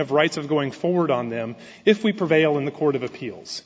of rights of going forward on them if we prevail in the court of appeals